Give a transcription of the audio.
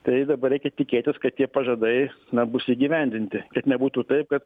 tai dabar reikia tikėtis kad tie pažadai na bus įgyvendinti ir nebūtų taip kad